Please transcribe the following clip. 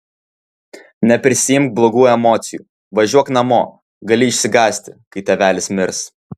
neprisiimk blogų emocijų važiuok namo gali išsigąsti kai tėvelis mirs